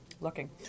looking